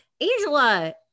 Angela